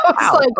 Wow